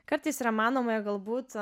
kartais yra manoma jog galbūt